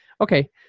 Okay